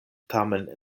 tamen